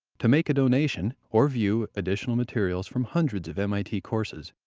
to make a donation or view additional materials from hundreds of mit courses,